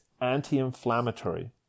anti-inflammatory